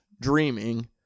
dreaming